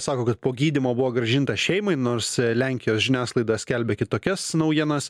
sako kad po gydymo buvo grąžintas šeimai nors lenkijos žiniasklaida skelbia kitokias naujienas